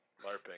LARPing